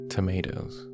Tomatoes